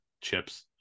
chips